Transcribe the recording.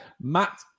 Matt